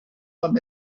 from